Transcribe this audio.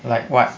like what